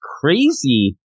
crazy